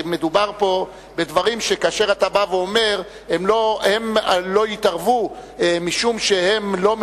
מדובר פה בדברים שכאשר אתה בא ואומר: הם לא יתערבו משום שהם לא מבינים,